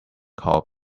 called